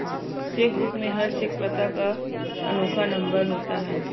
check book में हर cheque पता का अनोखा नंबर होता है